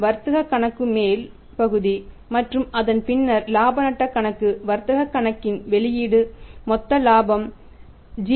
வர்த்தக கணக்கு மேல் பகுதி மற்றும் அதன் பின்னர் இலாப நட்ட கணக்கு வர்த்தக கணக்கின் வெளியீடு மொத்த லாபம் G